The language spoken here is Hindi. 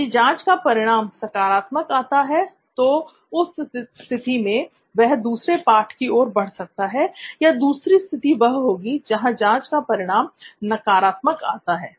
यदि जांच का परिणाम सकारात्मक आता है तो उस स्थिति में वह दूसरे पाठ की ओर बढ़ सकता है या दूसरी स्थिति वह होगी जहां जांच का परिणाम नकारात्मक आता है